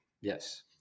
Yes